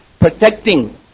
protecting